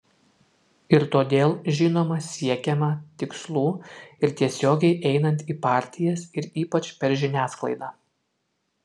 ir todėl žinoma siekiama tikslų ir tiesiogiai einant į partijas ir ypač per žiniasklaidą